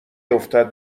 افتد